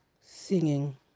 singing